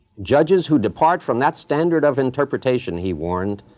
judges who depart from that standard of interpretation, he warned,